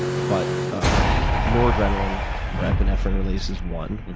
but ah noradrenaline or epinephrine release is one.